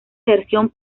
versión